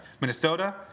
Minnesota